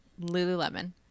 Lululemon